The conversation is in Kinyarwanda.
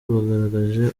bagaragaje